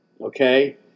Okay